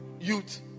youth